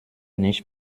nicht